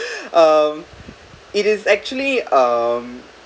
um it is actually um